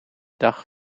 dag